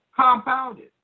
compounded